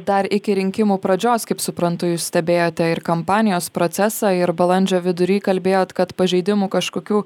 dar iki rinkimų pradžios kaip suprantu jūs stebėjote ir kampanijos procesą ir balandžio vidury kalbėjot kad pažeidimų kažkokių